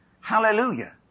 Hallelujah